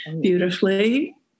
beautifully